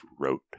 wrote